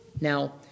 Now